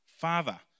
Father